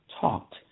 talked